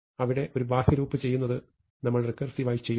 അവിടെ ഒരു ബാഹ്യ ലൂപ്പ് ചെയ്യുന്നത് നമ്മൾ റെക്കേർസിവ് ആയി ചെയ്യുന്നു